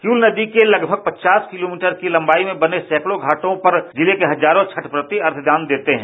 किउल नदी के लगभग पचास किलोमीटर की लम्बाई में बने सैंकड़ों घाटों पर जिले के हजारों छठ व्रती अर्घ्य दान देते हैं